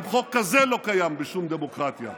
גם חוק כזה לא קיים בשום דמוקרטיה,